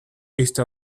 esta